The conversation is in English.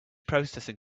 processing